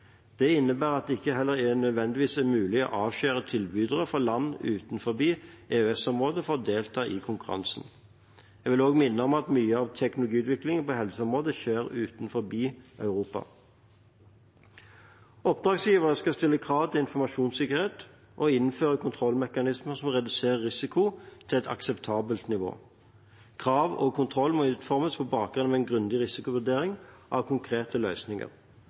Det innebærer at det heller ikke nødvendigvis er mulig å avskjære tilbydere fra land utenfor EØS-området fra å delta i konkurransen. Jeg vil også minne om at mye av teknologiutviklingen på helseområdet skjer utenfor Europa. Oppdragsgivere skal stille krav til informasjonssikkerhet og innføre kontrollmekanismer som reduserer risiko til et akseptabelt nivå. Krav og kontroll må utformes på bakgrunn av en grundig risikovurdering av konkrete løsninger.